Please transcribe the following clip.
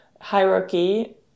hierarchy